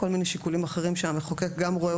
כל מיני שיקולים אחרים שהמחוקק גם רואה